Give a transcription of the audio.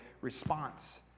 response